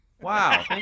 Wow